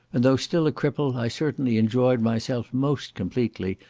and though still a cripple, i certainly enjoyed myself most completely,